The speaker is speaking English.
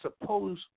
Suppose